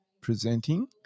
presenting